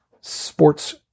Sports